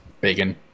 bacon